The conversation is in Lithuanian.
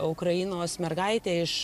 ukrainos mergaitė iš